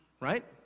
Right